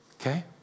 Okay